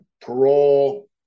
parole